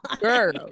Girl